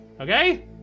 okay